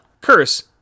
Curse